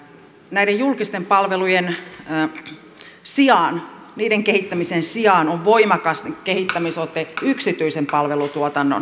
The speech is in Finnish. näiden julkisten palvelujen sijaan niiden kehittämisen sijaan on voimakas kehittämisote yksityisen palvelutuotannon lisäämisessä